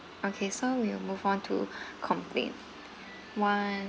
okay so we move on to complaint one